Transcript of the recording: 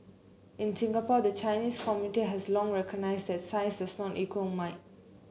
in Singapore the Chinese community has long recognised that size does not equal might